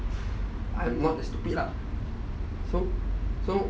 I'm not that stupid lah so so so